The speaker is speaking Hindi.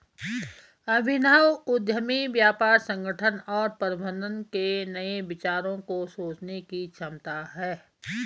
अभिनव उद्यमी व्यापार संगठन और प्रबंधन के नए विचारों को सोचने की क्षमता है